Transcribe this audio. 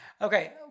Okay